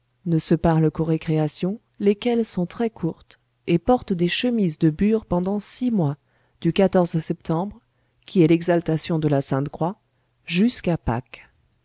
ne se parlent qu'aux récréations lesquelles sont très courtes et portent des chemises de bure pendant six mois du septembre qui est l'exaltation de la sainte-croix jusqu'à pâques